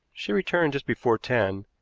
she returned just before ten,